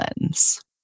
lens